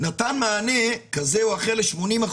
נתן מענה כזה או אחר ל-80%,